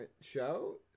Show